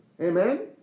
Amen